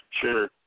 Sure